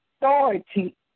authority